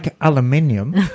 aluminium